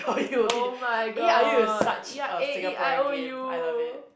oh-my-god ya A E I O U